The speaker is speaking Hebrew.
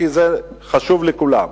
כי זה חשוב לכולם,